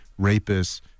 rapists